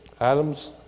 Adam's